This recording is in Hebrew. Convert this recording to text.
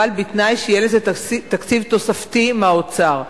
אבל בתנאי שיהיה לזה תקציב תוספתי מהאוצר.